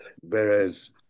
whereas